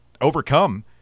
overcome